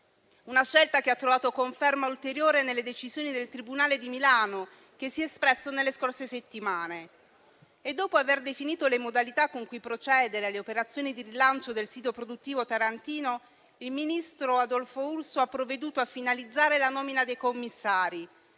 Una scelta che ha trovato conferma ulteriore nelle decisioni del tribunale di Milano, che si è espresso nelle scorse settimane. E dopo aver definito le modalità con cui procedere alle operazioni di rilancio del sito produttivo tarantino, il ministro Urso ha provveduto a finalizzare la nomina dei commissari: